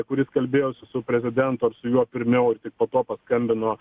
kuris kalbėjosi su prezidentu ar su juo pirmiau ir tik po to paskambino